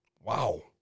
Wow